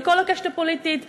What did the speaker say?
מכל הקשת הפוליטית,